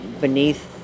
beneath